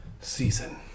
season